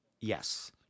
yes